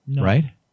Right